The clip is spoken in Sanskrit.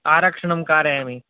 आरक्षणं कारयामि